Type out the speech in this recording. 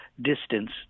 distance